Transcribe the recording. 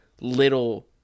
little